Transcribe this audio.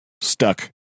stuck